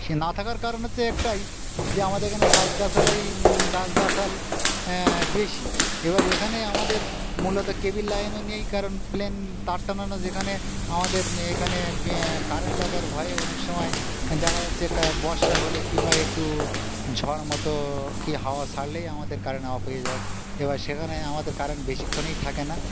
সে না থাকার কারণ হচ্ছে একটাই যে আমাদের এখানে গাছ গাছালি গাছ গাছালি বেশি এবার এখানে আমাদের মূলত কেবল লাইনও নেই কারণ প্লেইন তার টাঙানো যেখানে আমাদের এখানে কারেন্ট লাগার ভয়ে অনেক সময় দেখা যাচ্ছে বর্ষা হলে কিংবা একটু ঝড় মতো কি হাওয়া ছাড়লেই আমাদের কারেন্ট অফ হয়ে যায় এবার সেখানে আমাদের কারেন্ট বেশিক্ষণই থাকে না